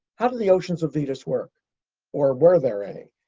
how did the oceans of venus work or were there any?